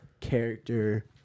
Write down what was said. character